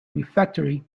refectory